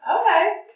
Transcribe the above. Okay